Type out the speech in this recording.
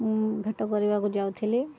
ମୁଁ ଭେଟ କରିବାକୁ ଯାଉଥିଲି